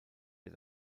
der